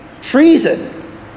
treason